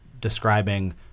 describing